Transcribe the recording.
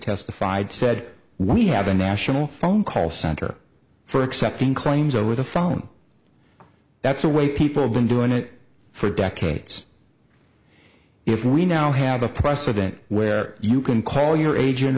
testified said we have a national phone call center for accepting claims over the phone that's the way people have been doing it for decades if we now have a president where you can call your age